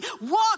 Walk